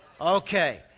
Okay